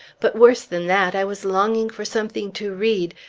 but worse than that, i was longing for something to read,